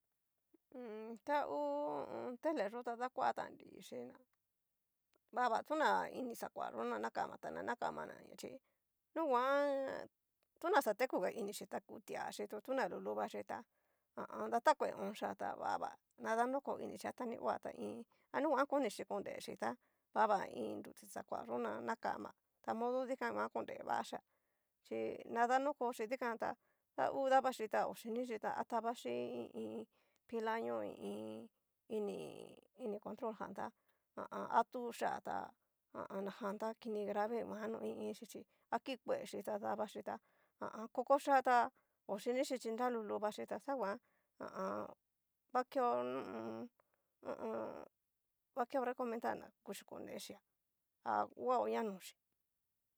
Mmm ta hu ho o on. tele yó ta dakuatan nri chí ná vaga tu iin ni ni xakuayó na nakama ta na nakamanaña chí, nuguan. tona xa teku ga inisxhí ta kutuaxi tu tuna luluxi tá ha a an. datakue honyá ta vava ta danroko inixia tanio ta iin a ninguan konishí korexíta vaga iin nru ti xakuayó nanakama, ta modo inkan konrevachia chí na danrokoxhi dikan tá, ta hu davaxhi ta hoxhinixhí ta atavaxi i iin pila ñó i iin ini ini control jan tá ha a an a tuchia ta najan ta kini grave nguan no i iinchí chí, akikuechí ta davaxhí ta ha a an. kokoxhia ta oxhinixi chí nra luluvachí tá xanguan ha a an va keo ha a an. va keo recomentar na kuchí konechia a kuaoña no'o chí.